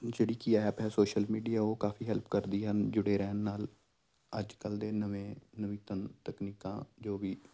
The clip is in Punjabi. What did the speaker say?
ਜਿਹੜੀ ਕਿ ਐਪ ਹੈ ਸੋਸ਼ਲ ਮੀਡੀਆ ਉਹ ਕਾਫ਼ੀ ਹੈਲਪ ਕਰਦੀ ਹਨ ਜੁੜੇ ਰਹਿਣ ਨਾਲ ਅੱਜ ਕੱਲ੍ਹ ਦੇ ਨਵੇਂ ਨਵੀਂ ਤਨ ਤਕਨੀਕਾਂ ਜੋ ਵੀ